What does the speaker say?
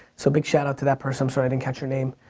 so big shout-out to that person, i'm sorry i didn't catch your name.